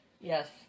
Yes